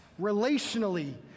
relationally